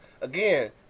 again